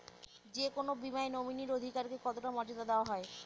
যে কোনো বীমায় নমিনীর অধিকার কে কতটা মর্যাদা দেওয়া হয়?